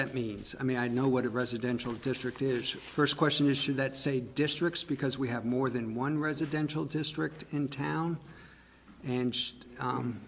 that means i mean i know what it residential district is first question is should that say districts because we have more than one residential district in town and